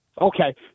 Okay